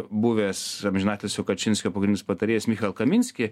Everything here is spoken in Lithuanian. buvęs amžinatilsio kačinskio pagrindinis patarėjas michal kaminski